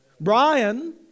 Brian